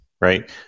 right